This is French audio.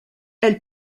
elle